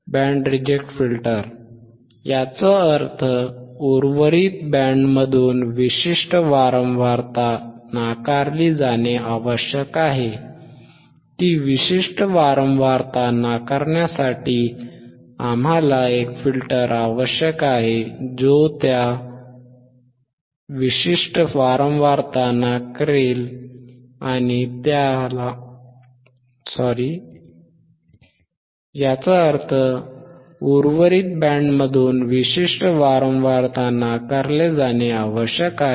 band reject filter याचा अर्थ उर्वरित बँडमधून विशिष्ट वारंवारता नाकारली जाणे आवश्यक आहे